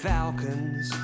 Falcons